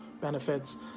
benefits